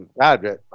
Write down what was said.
God